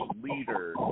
leader